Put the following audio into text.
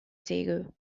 diego